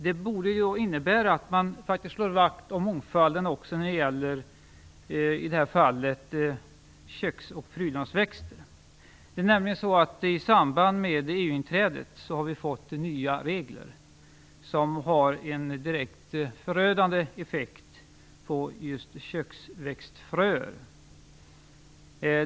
Det borde innebära att man faktiskt slår vakt om mångfalden också när det gäller köks och prydnadsväxter. I samband med EU-inträdet har vi nämligen fått nya regler som har en direkt förödande effekt på just köksväxtfröer.